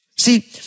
See